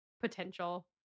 potential